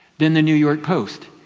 then the new york post,